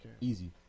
Easy